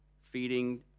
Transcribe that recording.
feeding